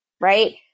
Right